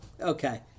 Okay